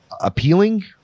appealing